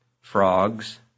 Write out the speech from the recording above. frogs